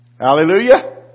Hallelujah